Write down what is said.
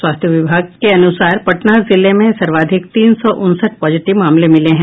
स्वास्थ्य विभाग ने अनुसार पटना जिले में सर्वाधिक तीन सौ उनसठ पॉजिटिव मामले मिले हैं